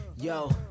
Yo